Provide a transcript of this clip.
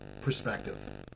perspective